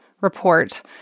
report